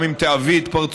גם אם תעווי את פרצופך,